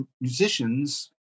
musicians